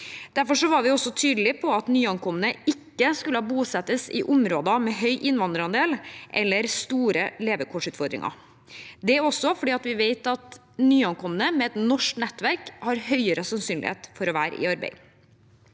Derfor var vi tydelige på at nyankomne ikke skulle bosettes i områder med høy innvandrerandel eller store levekårsutfordringer. Det er også fordi vi vet at nyankomne med et norsk nettverk har høyere sannsynlighet for å være i arbeid.